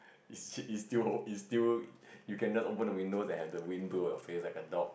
it's it's still it's still you can just open the window and have the wind blow at your face like a dog